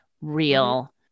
real